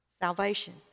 salvation